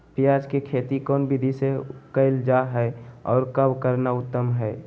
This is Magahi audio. प्याज के खेती कौन विधि से कैल जा है, और कब करना उत्तम है?